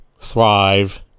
thrive